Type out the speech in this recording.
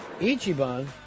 Ichiban